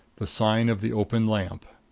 the sign of the open lamp.